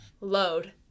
load